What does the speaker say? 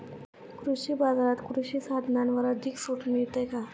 कृषी बाजारात कृषी साधनांवर अधिक सूट मिळेल का?